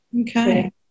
okay